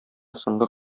соңгы